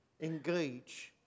engage